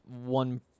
one